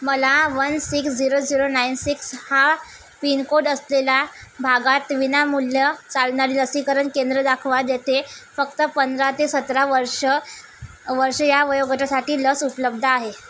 मला one six zero zero nine six हा pin code असलेल्या भागात विनामूल्य चालणारी लसीकरण केंद्रं दाखवा जेथे फक्त पंधरा ते सतरा वर्ष वर्ष ह्या वयोगटासाठी लस उपलब्ध आहे